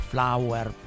Flower